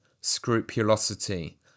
scrupulosity